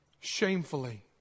shamefully